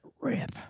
rip